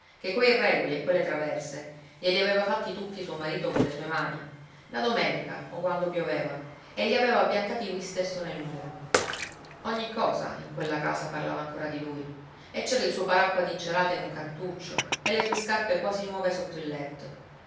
che quei regoli e quelle traverse glieli aveva fatti tutti suo marito colle sue mani la domenica o quando pioveva e li aveva piantati lui stesso nel muro ogni cosa in quella casa parlava ancora di lui e c'era il suo paracqua d'incerata in un cantuccio e le sue scarpe quasi nuove sotto il letto